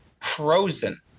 frozen